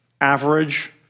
average